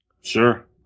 Sure